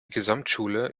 gesamtschule